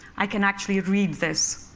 i can actually read this.